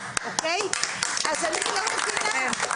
אז אני לא מבינה,